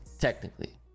technically